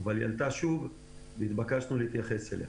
אבל נתבקשתי להתייחס אליה: